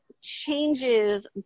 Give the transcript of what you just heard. changes